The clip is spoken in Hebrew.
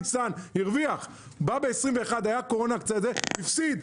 ב-21' היה קורונה הפסיד.